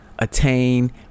attain